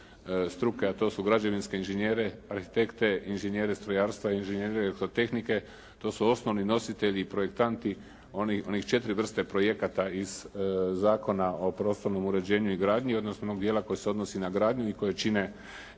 a to su građevinske inžinjere, arhitekte, inžinjere strojarstva i inžinjere elektrotehnike. To su osnovni nositelji i projektanti onih 4 vrste projekata iz Zakona o prostornom uređenju i gradnji odnosno onog dijela koji se odnosi na gradnju i koje čine